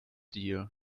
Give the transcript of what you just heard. deer